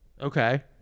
Okay